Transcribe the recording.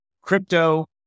crypto